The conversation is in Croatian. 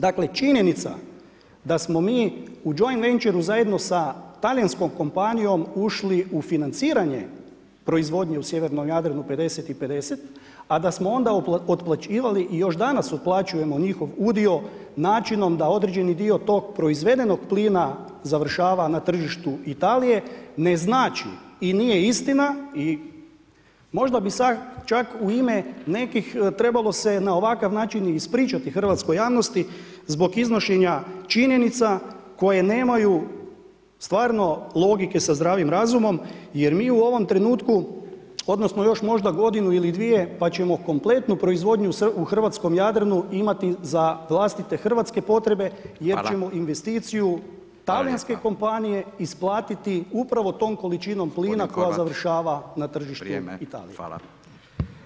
Dakle, činjenica da smo mi u joinventureu zajedno sa talijanskom kompanijom ušli u financiranje proizvodnje u sjevernom Jadranu 50:50, a da smo onda otplaćivali i još danas otplaćujemo njihov udio načinom da određeni dio tog proizvedenog plina završava na tržištu Italije ne znači i nije istina i možda bi čak u ime nekih trebalo se na ovakav način i ispričati hrvatskoj javnosti zbog iznošenja činjenica koje nemaju stvarno logike sa zdravim razumom jer mi u ovom trenutku odnosno još možda godinu ili dvije pa ćemo kompletnu proizvodnju u hrvatskom Jadranu imati za vlastite hrvatske potrebe [[Upadica Radin: Hvala.]] jer ćemo investiciju talijanske kompanije isplatiti upravo tom količinom plina koja završava na tržištu Italije.